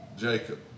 Jacob